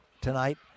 tonight